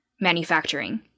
manufacturing